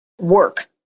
work